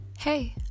Hey